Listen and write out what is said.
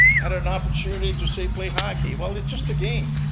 had an opportunity to, say, play hockey. well it's just a game.